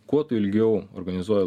kuo tu ilgiau organizuoji